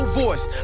voice